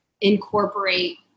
incorporate